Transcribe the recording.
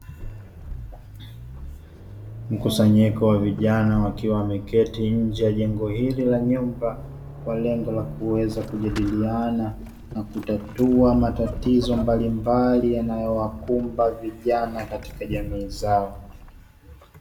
Mkusanyiko wa vijana wakiwa wameketi nje ya jengo hili la nyumba kwa lengo la kuweza kujadiliana na kutatua matatizo mbalimbali yanayowakumba vijana katika jamii zao.